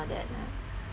all that lah